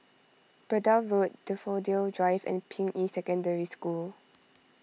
Braddell Road Daffodil Drive and Ping Yi Secondary School